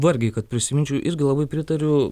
vargiai kad prisiminčiau irgi labai pritariu